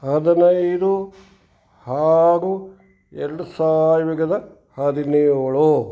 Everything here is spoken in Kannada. ಹದಿನೈದು ಆರು ಎರಡು ಸಾವಿರದ ಹದಿನೇಳು